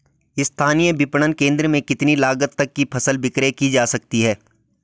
स्थानीय विपणन केंद्र में कितनी लागत तक कि फसल विक्रय जा सकती है?